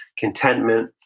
contentment.